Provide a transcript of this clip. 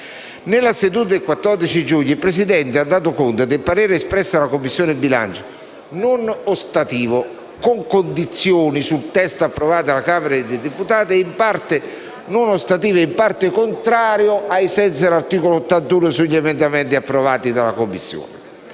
Nella seduta del 14 giugno, il Presidente ha dato conto del parere espresso dalla Commissione bilancio, non ostativo con condizioni sul testo approvato dalla Camera dei deputati, e in parte non ostativo e in parte contrario ai sensi dell'articolo 81 sugli emendamenti approvati dalla Commissione,